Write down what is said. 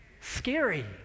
Scary